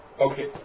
okay